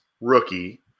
rookie